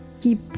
keep